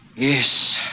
Yes